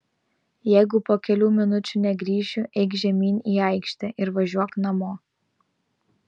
jeigu po kelių minučių negrįšiu eik žemyn į aikštę ir važiuok namo